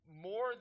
more